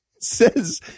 says